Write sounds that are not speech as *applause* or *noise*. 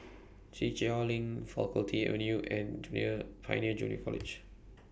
*noise* Kiichener LINK Faculty Avenue and *noise* near Pioneer Junior College